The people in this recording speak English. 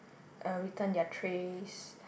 uh return their trays